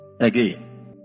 again